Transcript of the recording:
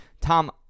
Tom